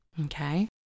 okay